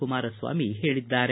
ಕುಮಾರಸ್ವಾಮಿ ಹೇಳಿದ್ದಾರೆ